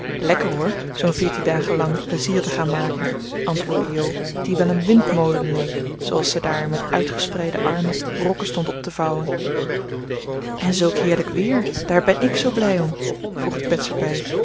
lekker hoor zoo veertien dagen lang plezier te gaan maken antwoordde jo die wel een windmolen leek zooals ze daar met uitgespreide armen rokken stond op te vouwen en zulk heerlijk weer daar ben ik zoo blij om voegde bets er bij